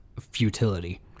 Futility